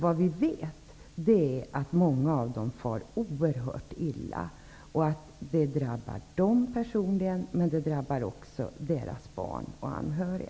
Vi vet ju att många av dessa människor far oerhört illa. Dessa människor drabbas personligen, men också deras barn och andra anhöriga.